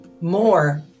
more